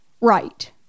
Right